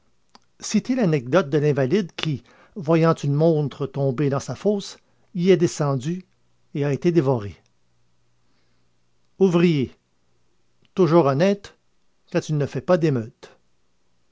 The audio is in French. citer l'anecdote de l'invalide qui voyant une montre tombée dans sa fosse y est descendu et a été dévoré ouvrier toujours honnête quand il ne fait pas d'émeutes